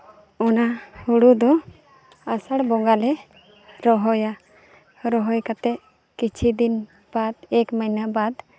ᱚᱱᱟ ᱦᱩᱲᱩ ᱫᱚ ᱟᱥᱟᱲ ᱵᱚᱸᱜᱟ ᱞᱮ ᱨᱚᱦᱚᱭᱟ ᱨᱚᱦᱚᱭ ᱠᱟᱛᱮᱫ ᱠᱤᱪᱷᱩ ᱫᱤᱱ ᱵᱟᱫ ᱮᱠ ᱢᱟᱹᱦᱱᱟᱹ ᱵᱟᱫ